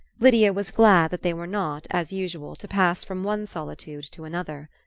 lydia was glad that they were not, as usual, to pass from one solitude to another.